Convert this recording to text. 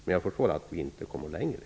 Men jag förstår att vi inte kan komma längre.